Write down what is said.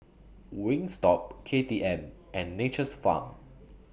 Wingstop K T M and Nature's Farm